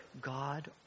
god